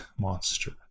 Monster